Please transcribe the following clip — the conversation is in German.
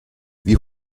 wie